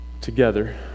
together